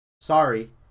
Sorry